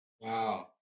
Wow